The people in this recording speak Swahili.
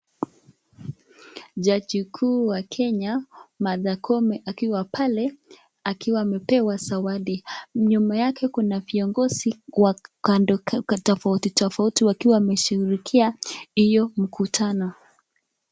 Jaji kuu wa Kenya Martha Koome akiwa pale akiwa amepewa zawadi nyuma yake kuna viongozi wa tofauti tofauti wakiwa wameshughulikia hiyo mkutano.